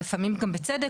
ולפעמים גם בצדק,